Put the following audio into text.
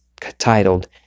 titled